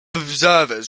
observers